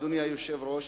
אדוני היושב-ראש,